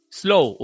slow